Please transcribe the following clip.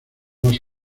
más